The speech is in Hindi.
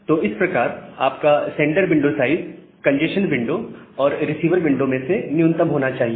तो इस प्रकार आपका sender window size congestion window और रिसीवर विंडो में से न्यूनतम होना चाहिए